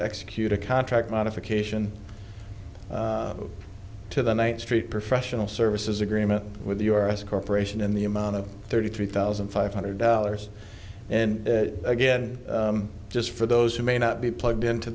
execute a contract modification to the ninth street professional services agreement with the u s corporation in the amount of thirty three thousand five hundred dollars and again just for those who may not be plugged into